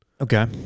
Okay